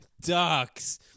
Ducks